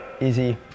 easy